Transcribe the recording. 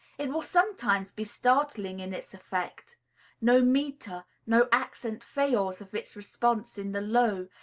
it will sometimes be startling in its effect no metre, no accent fails of its response in the low,